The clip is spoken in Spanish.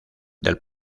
del